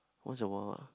once a while lah